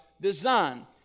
design